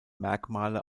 merkmale